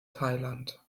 thailand